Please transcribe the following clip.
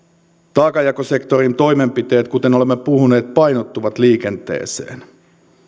taakanjakosektorin toimenpiteet kuten olemme puhuneet painottuvat liikenteeseen